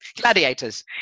Gladiators